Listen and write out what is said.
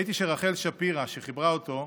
ראיתי שרחל שפירא, שחיברה אותו,